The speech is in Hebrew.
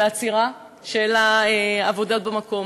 לעצירת העבודות במקום.